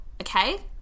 okay